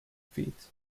feet